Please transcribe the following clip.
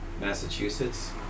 Massachusetts